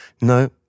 No